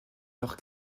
leur